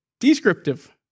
Descriptive